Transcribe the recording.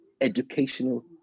educational